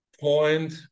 point